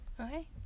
okay